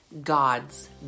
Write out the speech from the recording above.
God's